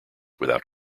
without